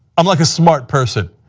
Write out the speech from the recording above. i'm like a smart person.